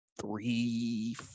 three